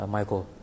Michael